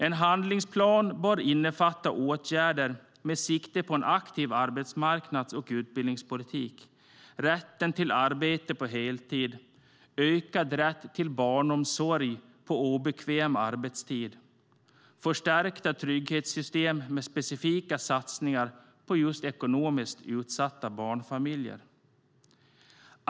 En handlingsplan bör innefatta åtgärder med sikte på en aktiv arbetsmarknads och utbildningspolitik, rätt till arbete på heltid, ökad rätt till barnomsorg på obekväm arbetstid, förstärkta trygghetssystem samt specifika satsningar på just ekonomiskt utsatta barnfamiljer.